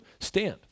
Stand